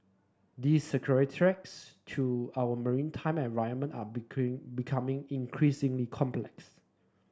the security threats to our maritime environment are becoming increasingly complex